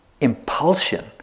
Impulsion